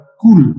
cool